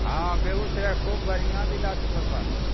हँ बेगूसराय खूब बढिऑं जिला छै बाबा तऽ